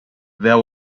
there